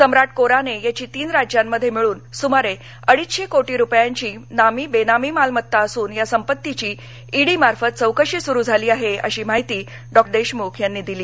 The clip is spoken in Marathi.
सम्राट कोराणे याची तीन राज्यांमध्ये मिळून सुमारे अडीचशे कोटी रुपयांची नामी बेनामी मालमत्ता असून या संपत्तीची इडीमार्फत चौकशी सुरू झाली आहे अशी माहिती डॉक्टर देशमुख यांनी दिली